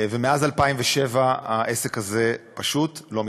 ומאז 2007 העסק הזה פשוט לא מתקדם.